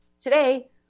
Today